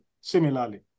similarly